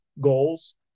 goals